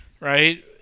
right